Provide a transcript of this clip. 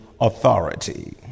authority